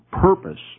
Purpose